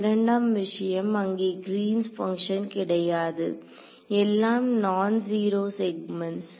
இரண்டாம் விஷயம் அங்கே கிரீன்ஸ் பங்ஷன் Green's function கிடையாது எல்லாம் நான் ஜீரோ செக்மெண்ட்ஸ்